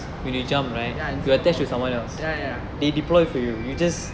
ya in singapore ya ya